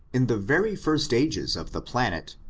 in the very first ages of the planet,